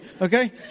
okay